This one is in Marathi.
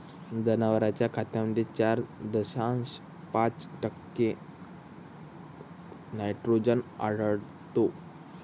जनावरांच्या खतामध्ये चार दशांश पाच टक्के नायट्रोजन आढळतो